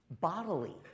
bodily